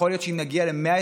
יכול להיות שאם נגיע ל-120,000,